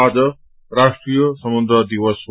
आज राष्ट्रिय समुन्द्र दिवस हो